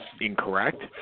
incorrect